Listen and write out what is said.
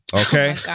okay